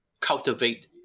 cultivate